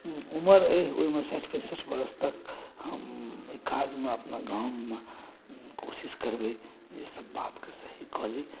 उमर अइ ओहिमे साठि पैंसठ वर्ष तक हम एहि काजमे अपना गाममे कोशिश करबै जे सभ बातके सही कऽ ली